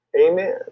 Amen